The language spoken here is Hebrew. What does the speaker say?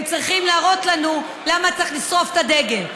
צריכים להראות לנו למה צריך לשרוף את הדגל.